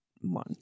one